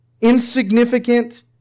insignificant